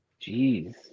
jeez